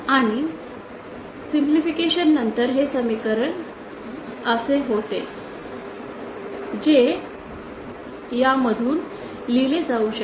आणि सरलीकरणानंतर हे समीकरण कमी होते जे यामधून लिहिले जाऊ शकते